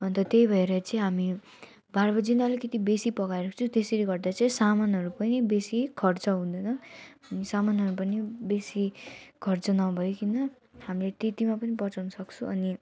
अन्त त्यही भएर चाहिँ हामी बाह्र बजे नै अलिकिति बेसी पकाएर राख्छौँ त्यसरी गर्दा चाहिँ सामानहरू पनि बेसी खर्च हुँदैन अनि सामानहरू पनि बेसी खर्च नभईकन हामी त्यतिमा पनि बचाउनु सक्छौँ अनि